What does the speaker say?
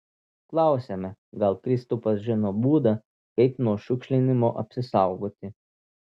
klausiame gal kristupas žino būdą kaip nuo šiukšlinimo apsisaugoti